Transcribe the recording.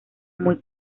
muy